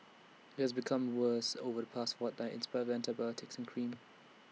IT has become worse over the past fortnight in spite of antibiotics and cream